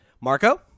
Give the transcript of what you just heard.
Marco